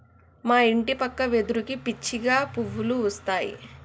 మా ఇంటి పక్క వెదురుకి పిచ్చిగా పువ్వులు పూస్తాయి